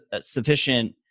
sufficient